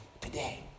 Today